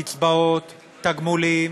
קצבאות, תגמולים.